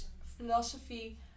philosophy